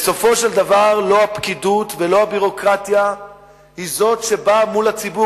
בסופו של דבר לא הפקידות ולא הביורוקרטיה היא שבאה מול הציבור.